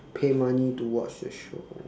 pay money to watch the show